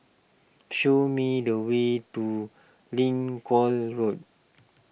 show me the way to Lincoln Road